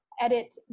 edit